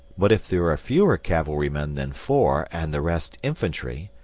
but if there are fewer cavalry-men than four and the rest infantry,